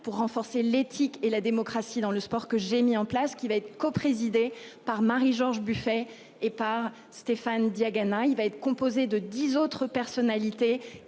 pour renforcer l'éthique et la démocratie dans le sport que j'ai mis en place qui va être co-présidée par Marie-George Buffet et par Stéphane Diagana. Il va être composé de 10 autres personnalités